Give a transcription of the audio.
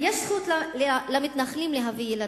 יש זכות למתנחלים להביא ילדים,